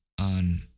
on